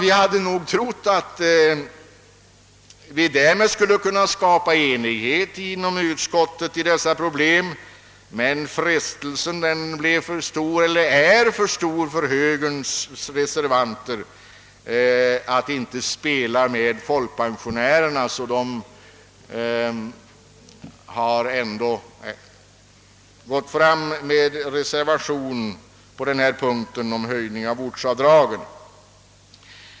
Vi hade trott att vi därmed skulle kunna skapa enighet inom utskottet om dessa problem, men frestelsen var tydligen för stor för högerns reservanter att inte spela med folkpensionärerna. Högern har alltså kommit med en reservation om höjning av ortsavdragen.